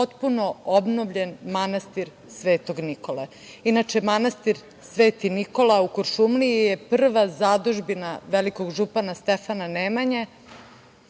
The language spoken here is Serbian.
potpuno obnovljen manastir Svetog Nikole. Inače, manastir Sveti Nikola u Kuršumliji je prva zadužbina velikog župana Stefana Nemanje